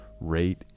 rate